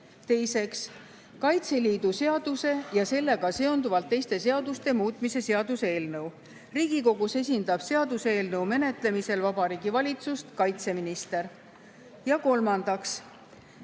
Kaitseliidu seaduse ja sellega seonduvalt teiste seaduste muutmise seaduse eelnõu. Riigikogus esindab seaduseelnõu menetlemisel Vabariigi Valitsust kaitseminister. Ja